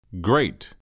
Great